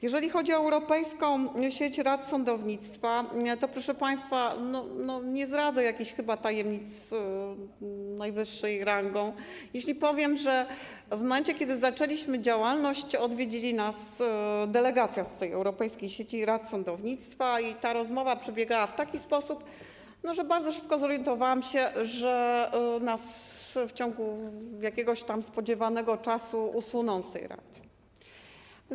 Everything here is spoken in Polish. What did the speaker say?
Jeżeli chodzi o Europejską Sieć Rad Sądownictwa, proszę państwa, to nie zdradzę chyba jakiejś tajemnicy najwyższej rangi, jeśli powiem, że w momencie kiedy zaczęliśmy działalność, odwiedziła nas delegacja z Europejskiej Sieci Rad Sądownictwa i ta rozmowa przebiegała w taki sposób, że bardzo szybko zorientowałam się, że nas w ciągu jakiegoś spodziewanego czasu usuną z tej sieci.